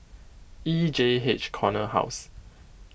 E J H Corner House